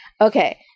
Okay